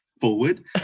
forward